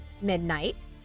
Midnight